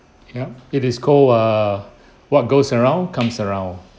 yup it is called err what goes around comes around